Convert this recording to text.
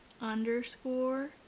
underscore